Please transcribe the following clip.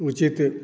उचित